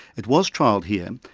it was trialled here,